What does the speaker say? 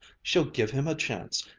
she'll give him a chance.